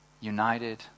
united